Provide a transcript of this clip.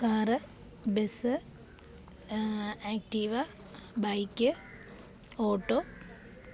car bus Activa bike auto